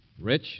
Rich